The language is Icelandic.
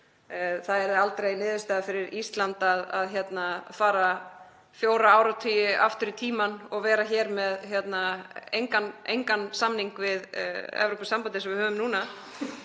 Það yrði aldrei niðurstaða fyrir Ísland að fara fjóra áratugi aftur í tímann og vera með engan samning við Evrópusambandið eins og við höfum núna,